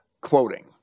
Quoting